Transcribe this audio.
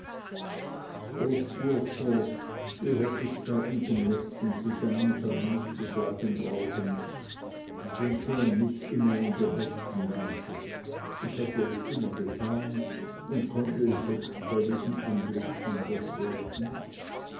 steerforth du hättest bei unserm letzten zusammensein nicht zu sagen brauchen denke an mich immer in der besten weise ich hatte es immer getan und konnte es jetzt bei diesem anblick anders werden